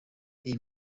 iyi